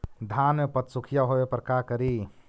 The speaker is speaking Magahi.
धान मे पत्सुखीया होबे पर का करि?